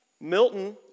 Milton